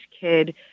kid